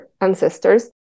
ancestors